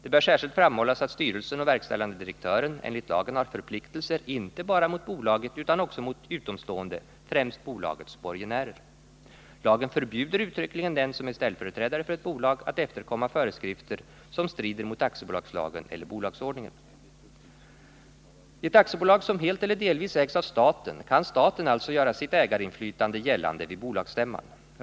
Det bör särskilt framhållas att styrelsen och verkställande direktören enligt lagen har förpliktelser inte bara mot bolaget utan också mot utomstående, främst bolagets borgenärer. Lagen förbjuder uttryckligen den som är ställföreträdare för ett bolag att efterkomma föreskrifter som strider mot aktiebolagslagen eller bolagsordningen. I ett aktiebolag som helt eller delvis ägs av staten kan staten alltså göra sitt ägarinflytande gällande vid bolagsstämman.